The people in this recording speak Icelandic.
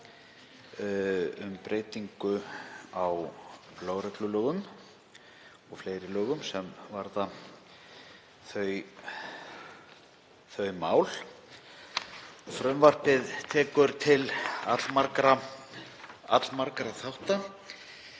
um breytingu á lögreglulögum og fleiri lögum sem varða þau mál. Frumvarpið tekur til allmargra þátta